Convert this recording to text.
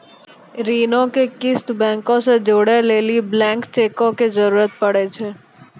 ऋणो के किस्त बैंको से जोड़ै लेली ब्लैंक चेको के जरूरत पड़ै छै